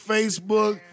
Facebook